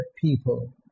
people